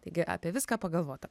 taigi apie viską pagalvota